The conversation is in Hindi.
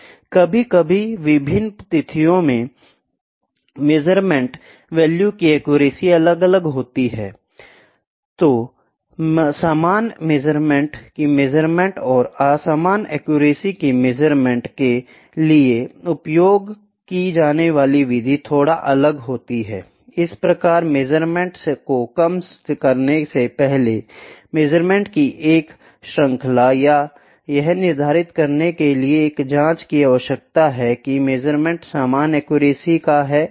कभी कभी विभिन्न तिथियों में मेज़रमेंट वैल्यू की एक्यूरेसी अलग अलग होती है I तो सामान मेजरमेंट की मेजरमेंट और असामान एक्यूरेसी की मेजरमेंट के लिए उपयोग की जाने वाली विधि थोड़ा अलग होती है I इस प्रकार मेज़रमेंट को कम करने से पहले मेज़रमेंट की एक श्रृंखला यह निर्धारित करने के लिए एक जांच की आवश्यकता है कि मेज़रमेंट समान एक्यूरेसी का है या नहीं